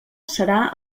serà